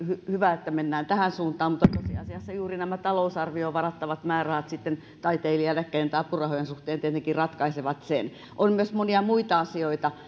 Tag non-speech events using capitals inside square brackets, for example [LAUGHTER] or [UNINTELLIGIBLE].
hyvä että mennään tähän suuntaan mutta tosiasiassa juuri nämä talousarvioon varattavat määrärahat sitten taiteilijaeläkkeen tai apurahojen suhteen tietenkin ratkaisevat sen on myös monia muita asioita [UNINTELLIGIBLE]